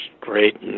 great